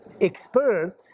expert